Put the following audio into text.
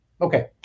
Okay